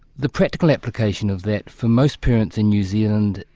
the practical application of that for most parents in new zealand,